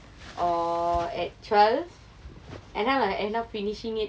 or at twelve and then I'll end up finishing it